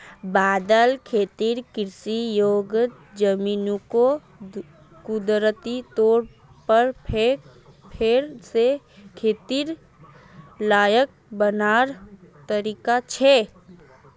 बदल खेतिर कृषि योग्य ज़मीनोक कुदरती तौर पर फेर से खेतिर लायक बनवार तरीका छे